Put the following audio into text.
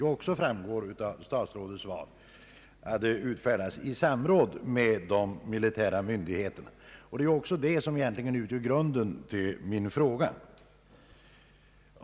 Som också framgår av herr statsrådets svar har dessa direktiv utfärdats i samråd med de militära myndigheterna. Det är även detta som ligger till grund för min fråga.